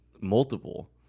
multiple